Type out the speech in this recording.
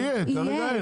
כשיהיה, כרגע אין.